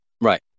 Right